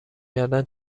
کردن